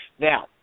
Now